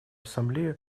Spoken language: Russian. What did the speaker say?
ассамблею